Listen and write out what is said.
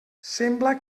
sembla